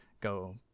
go